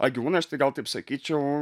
a gyvūnai aš tai gal taip sakyčiau